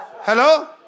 Hello